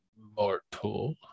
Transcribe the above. mortal